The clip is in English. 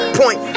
point